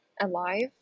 alive